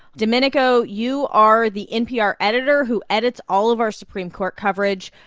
domenico, you are the npr editor who edits all of our supreme court coverage.